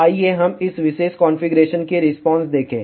तो आइए हम इस विशेष कॉन्फ़िगरेशन की रिस्पांस देखें